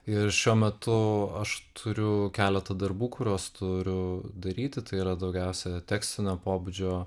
ir šiuo metu aš turiu keletą darbų kuriuos turiu daryti tai yra daugiausia tekstinio pobūdžio